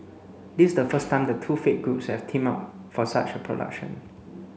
this is the first time the two faith groups have teamed up for such a production